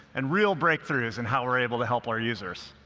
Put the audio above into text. and real breakthroughs in how we're able to help our users.